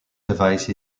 device